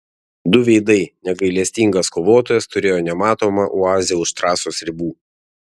du veidai negailestingas kovotojas turėjo nematomą oazę už trasos ribų